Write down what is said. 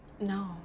No